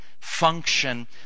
function